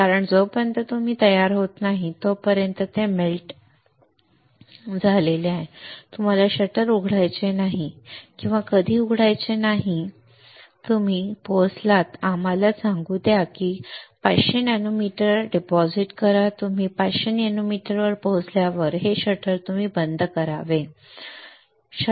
कारण जोपर्यंत तुम्ही तयार होत नाही तोपर्यंत हे वितळले आहे तुम्हाला शटर उघडायचे नाही किंवा कधी उघडायचे नाही तुम्ही पोहोचलात आम्हाला सांगू द्या की ५०० नॅनोमीटर जमा करा तुम्ही ५०० नॅनोमीटरवर पोहोचल्यावर हे शटर तुम्ही बंद करावे हे शटर आहे ना